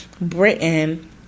Britain